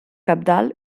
cabdal